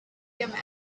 thummim